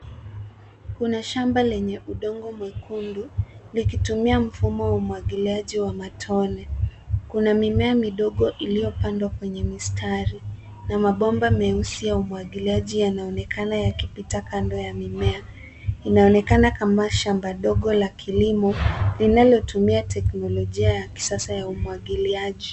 Kuna shamba lenye udongo mwekundu likitumia mfumo wa umwagiliaji wa matone. Kuna mimea midogo iliyopandwa kwenye mistari na mabomba meusi ya umwagiliaji yanaonekana yakipita kando ya mimea. Inaonekana kama shamba dogo la kilimo linalotumia teknolojia ya kisasa ya umwagiliaji.